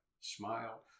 smile